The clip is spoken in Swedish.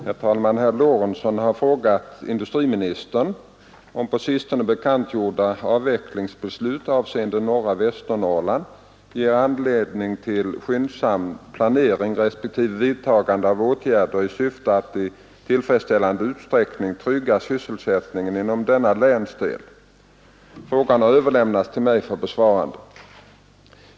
Herr talman! Herr Lorentzon har frågat industriministern om på sistone bekantgjorda avvecklingsbeslut avseende norra Västernorrland ger anledning till skyndsam planering respektive vidtagande av åtgärder i syfte att i tillfredsställande utsträckning trygga sysselsättningen inom denna länsdel. Frågan har överlämnats till mig för besvarande.